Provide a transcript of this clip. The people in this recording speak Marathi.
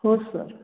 हो सर